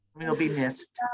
you'll be missed.